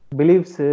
beliefs